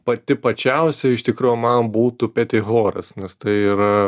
pati pačiausia iš tikrųjų man būtų petihoras nes tai yra